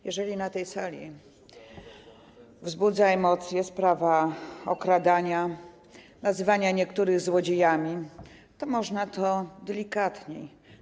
Jeżeli na tej sali wzbudza emocje sprawa okradania, nazywania niektórych złodziejami, to można to delikatnie ująć.